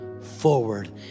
forward